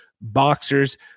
boxers